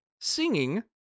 singing